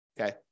Okay